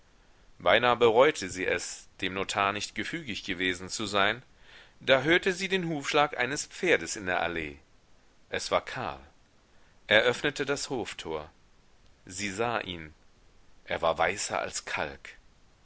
beinahe bereute sie es dem notar nicht gefügig gewesen zu sein da hörte sie den hufschlag eines pferdes in der allee es war karl er öffnete das hoftor sie sah ihn er war weißer als kalk